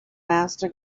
master